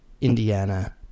Indiana